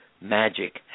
magic